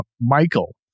Michael